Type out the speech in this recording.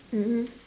mmhmm